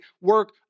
work